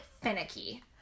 finicky